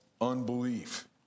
unbelief